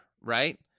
Right